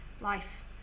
life